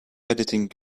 editing